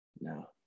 No